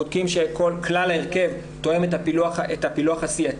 בודקים שכלל ההרכב תואם את הפילוח הסיעתי,